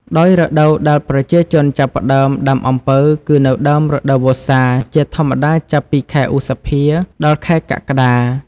ដោយរដូវដែលប្រជាជនចាប់ផ្តើមដាំអំពៅគឺនៅ ដើមរដូវវស្សា ជាធម្មតាចាប់ពី ខែឧសភា ដល់ខែកក្កដា។